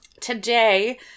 today